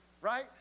right